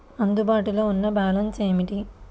అందుబాటులో ఉన్న బ్యాలన్స్ ఏమిటీ?